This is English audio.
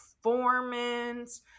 performance